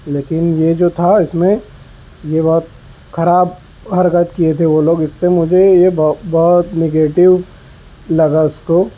لیکن یہ جو تھا اس میں یہ بہت خراب حرکت کیے تھے وہ لوگ اس سے مجھے یہ بہت نیگیٹو لگا اس کو